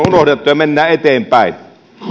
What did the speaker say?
unohdettu ja mennään eteenpäin